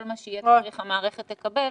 כל מה שיהיה צורך, המערכת תקבל.